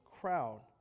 crowd